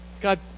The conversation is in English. God